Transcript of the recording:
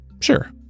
Sure